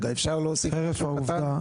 חרף העובדה